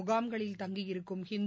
முகாம்களில் தங்கியிருக்கும் ஹிந்து